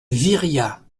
viriat